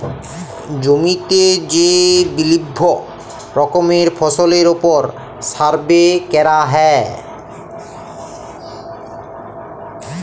জমিতে যে বিভিল্য রকমের ফসলের ওপর সার্ভে ক্যরা হ্যয়